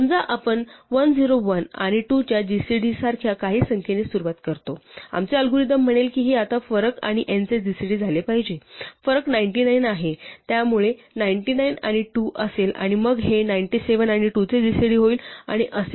समजा आपण 101 आणि 2 च्या gcd सारख्या काही संख्येने सुरुवात करतो आमचे अल्गोरिदम म्हणेल की हे आता फरक आणि n चे gcd झाले पाहिजे फरक 99 आहे त्यामुळे 99 आणि 2 असेल आणि मग हे 97 आणि 2 चे gcd होईल आणि असेच